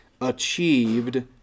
achieved